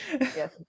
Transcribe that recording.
Yes